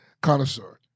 connoisseur